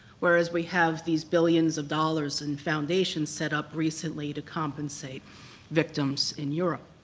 whereas we have these billions of dollars in foundations set up recently to compensate victims in europe.